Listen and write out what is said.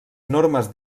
normes